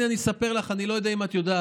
והינה אני אספר לך, ואני לא יודע אם את יודעת: